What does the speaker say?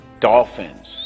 Dolphins